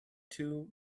two